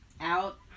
out